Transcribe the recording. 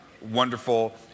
wonderful